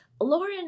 Lauren